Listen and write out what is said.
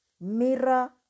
Mirror